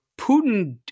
Putin